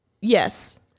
Yes